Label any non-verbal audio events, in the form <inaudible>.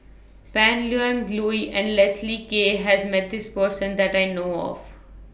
Pan <unintelligible> Lui and Leslie Kee has Met This Person that I know of